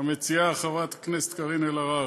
המציעה, חברת הכנסת קארין אלהרר,